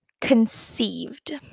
conceived